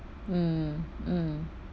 mm mm